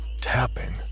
Tapping